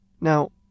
Now